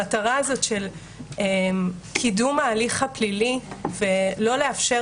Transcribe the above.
המטרה הזאת של קידום ההליך הפלילי ולא לאפשר